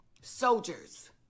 Soldiers